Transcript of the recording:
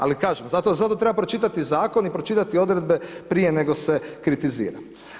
Ali kažem zato treba pročitati zakon i pročitati odredbe prije nego se kritizira.